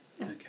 Okay